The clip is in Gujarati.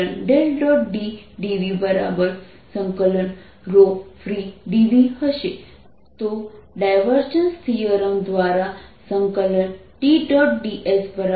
D dv free dv હશે તો ડાયવર્જન્સ થીયરમ દ્વારા D